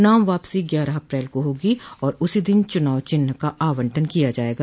नाम वापसो ग्यारह अप्रैल को होगी और उसी दिन चुनाव चिन्ह का आवंटन किया जायेगा